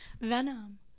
Venom